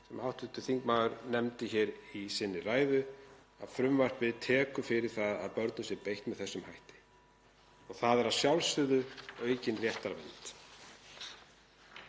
sem hv. þingmaður nefndi í sinni ræðu, að frumvarpið tekur fyrir það að börnum sé beitt með þessum hætti. Það er að sjálfsögðu aukin réttarvernd.